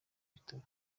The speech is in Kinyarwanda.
bitaro